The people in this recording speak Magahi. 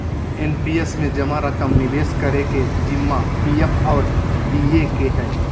एन.पी.एस में जमा रकम निवेश करे के जिम्मा पी.एफ और डी.ए के हइ